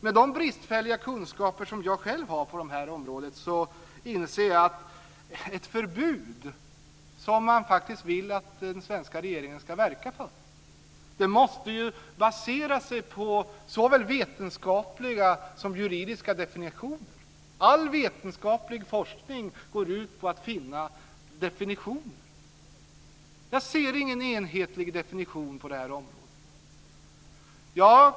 Med de bristfälliga kunskaper som jag själv har på detta område inser jag att ett förbud, som man faktiskt vill att den svenska regeringen ska verka för, måste basera sig på såväl vetenskapliga som juridiska definitioner. All vetenskaplig forskning går ut på att finna definitioner. Jag ser ingen enhetlig definition på det här området.